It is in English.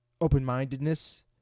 Open-mindedness